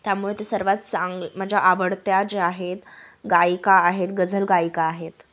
त्यामुळे ते सर्वात चांग माझ्या आवडत्या ज्या आहेत गायिका आहेत गझल गायिका आहेत